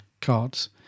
cards